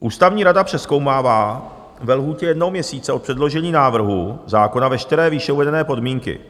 Ústavní rada přezkoumává ve lhůtě jednoho měsíce od předložení návrhu zákona veškeré výše uvedené podmínky.